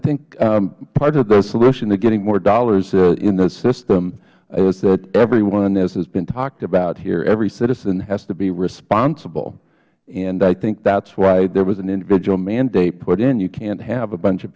think part of the solution of getting more dollars in the system is that everyone as has been talked about here every citizen has to be responsible and i think that is why there was an individual mandate put in you can't have a bunch of